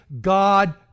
God